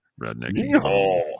Redneck